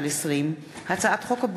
פ/2139/20 וכלה בהצעת חוק פ/2159/20,